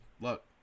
look